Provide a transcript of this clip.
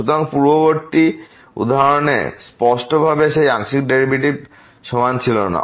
সুতরাং পূর্ববর্তী উদাহরণে স্পষ্টভাবে সেই আংশিক ডেরিভেটিভস সমান ছিল না